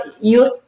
use